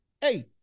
hey